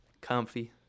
comfy